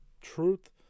truth